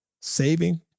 saving